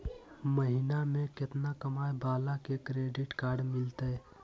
महीना में केतना कमाय वाला के क्रेडिट कार्ड मिलतै?